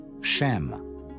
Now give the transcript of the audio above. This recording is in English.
Shem